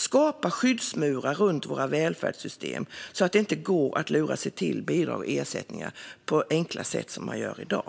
Skapa skyddsmurar runt våra välfärdssystem så att det inte enkelt går att lura sig till bidrag och ersättningar på så vis som sker i dag.